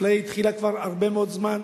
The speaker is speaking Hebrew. האפליה התחילה כבר לפני הרבה מאוד זמן.